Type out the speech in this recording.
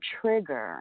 trigger